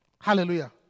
Hallelujah